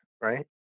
right